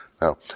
Now